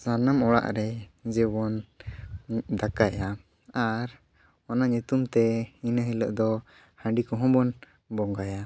ᱥᱟᱱᱟᱢ ᱚᱲᱟᱜ ᱨᱮ ᱡᱮᱵᱚᱱ ᱫᱟᱠᱟᱭᱟ ᱟᱨ ᱚᱱᱟ ᱧᱩᱛᱩᱢ ᱛᱮ ᱤᱱᱟᱹ ᱦᱤᱞᱳᱜ ᱫᱚ ᱦᱟᱺᱰᱤ ᱠᱚᱦᱚᱸᱵᱚᱱ ᱵᱚᱸᱜᱟᱭᱟ